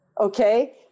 okay